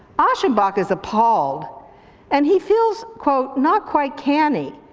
aschenbach is appalled and he feels quote, not quite canny,